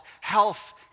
health